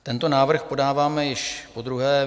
Tento návrh podáváme již podruhé.